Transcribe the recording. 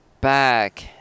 back